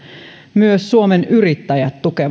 myös suomen yrittäjät tukee